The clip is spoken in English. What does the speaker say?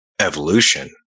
evolution